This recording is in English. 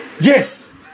Yes